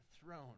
throne